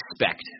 expect